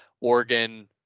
Oregon